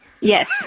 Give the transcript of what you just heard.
Yes